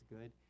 good